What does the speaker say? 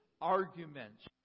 arguments